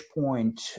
point